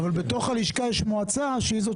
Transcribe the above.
אבל בתוך הלשכה יש מועצה שהיא זאת